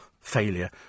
Failure